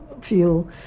fuel